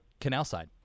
Canalside